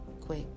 Quick